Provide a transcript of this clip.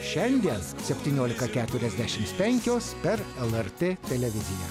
šiandien septyniolika keturiasdešims penkios per lrt televiziją